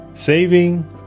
Saving